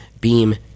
Beam